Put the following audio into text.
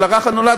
של הרך הנולד,